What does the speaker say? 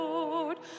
Lord